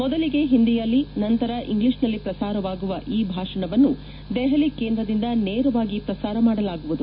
ಮೊದಲಿಗೆ ಹಿಂದಿಯಲ್ಲಿ ನಂತರ ಇಂಗ್ಲಿಷ್ನಲ್ಲಿ ಪ್ರಸಾರವಾಗುವ ಈ ಭಾಷಣವನ್ನು ದೆಹಲಿ ಕೇಂದ್ರದಿಂದ ನೇರವಾಗಿ ಪ್ರಸಾರ ಮಾಡಲಾಗುವುದು